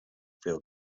failed